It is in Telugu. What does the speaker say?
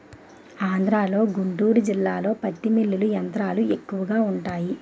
ఆంధ్రలో గుంటూరు జిల్లాలో పత్తి మిల్లులు యంత్రాలు ఎక్కువగా వుంటాయి